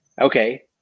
Okay